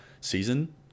season